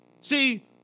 see